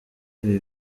ibi